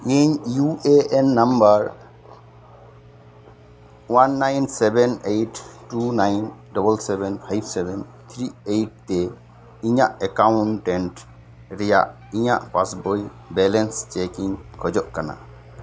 ᱤᱧ U A N number one nine seven eight two nine double seven eight seven three eight ᱛᱮ ᱤᱧᱟᱜ account ᱨᱮᱭᱟᱜ ᱤᱧᱟᱜ passbook balance check ᱤᱧ ᱠᱷᱚᱡᱚᱜ ᱠᱟᱱᱟ